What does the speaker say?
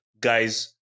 guys